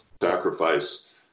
sacrifice